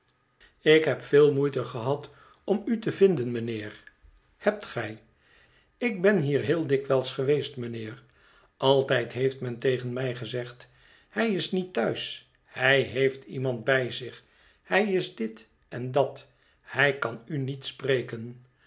ik heb veel moeite gehad om u te vinden mijnheer hebt gij ik ben hier heel dikwijls geweest mijnheer altijd heeft men tegen mij gezegd hij is niet thuis hij heeft iemand bij zich hij is dit en dat hij kan u niet spreken